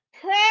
Prayer